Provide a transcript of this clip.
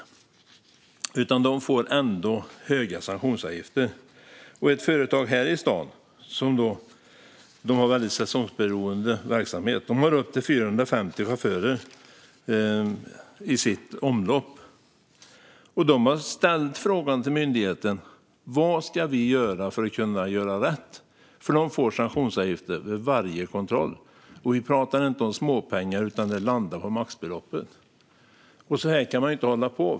De får ändå höga sanktionsavgifter. Ett företag här i stan med väldigt säsongsberoende verksamhet och upp till 450 chaufförer i sitt omlopp har ställt frågan till myndigheten: Vad ska vi göra för att kunna göra rätt? De får nämligen sanktionsavgifter vid varje kontroll. Och vi pratar inte om småpengar, utan det landar på maxbeloppet. Så här kan man inte hålla på.